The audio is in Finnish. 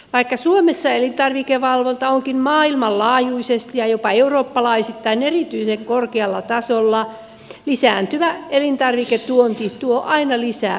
vaikka suomessa elintarvikevalvonta onkin maailmanlaajuisesti ja jopa eurooppalaisittain erityisen korkealla tasolla lisääntyvä elintarviketuonti tuo aina lisää sairastavuusriskiä